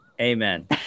Amen